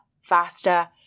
faster